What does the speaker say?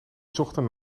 zochten